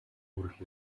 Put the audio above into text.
хүрэх